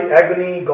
agony